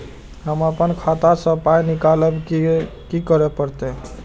हम आपन खाता स पाय निकालब की करे परतै?